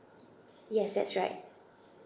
yes that's right